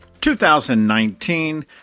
2019